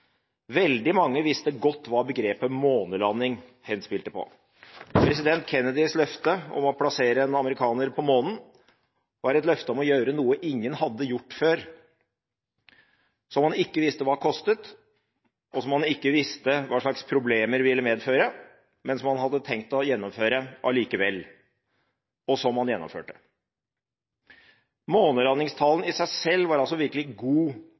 Veldig mange visste godt hva begrepet «månelanding» henspilte på. President Kennedys løfte om å plassere en amerikaner på månen var et løfte om å gjøre noe ingen hadde gjort før, som man ikke visste hva kostet, og som man ikke visste hva slags problemer ville medføre, men som man hadde tenkt å gjennomføre likevel, og som man gjennomførte. Månelandingstalen var altså i seg selv virkelig god